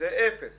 זה אפס